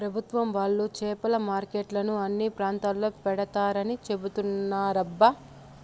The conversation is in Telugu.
పెభుత్వం వాళ్ళు చేపల మార్కెట్లను అన్ని ప్రాంతాల్లో పెడతారని చెబుతున్నారబ్బా